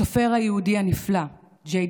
הסופר היהודי הנפלא ג'יי.